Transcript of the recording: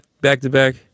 back-to-back